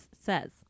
says